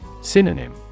Synonym